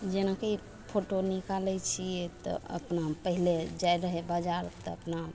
जेना कि फोटो निकालै छिए तऽ अपना पहिले जाइ रहै बजार तऽ अपना